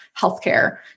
healthcare